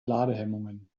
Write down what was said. ladehemmungen